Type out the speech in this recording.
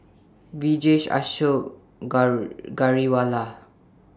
Vijesh Ashok Ghariwala